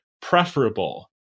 preferable